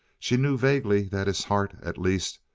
she knew vaguely that his heart, at least,